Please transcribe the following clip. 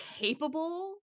capable